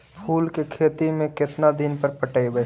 फूल के खेती में केतना दिन पर पटइबै?